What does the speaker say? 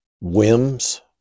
whims